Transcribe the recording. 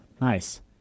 Nice